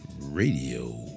Radio